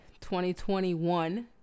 2021